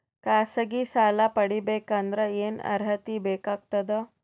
ಖಾಸಗಿ ಸಾಲ ಪಡಿಬೇಕಂದರ ಏನ್ ಅರ್ಹತಿ ಬೇಕಾಗತದ?